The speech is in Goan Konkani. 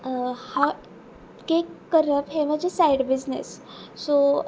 केक करप हे म्हजे सायड बिजनेस सो